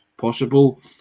possible